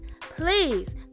please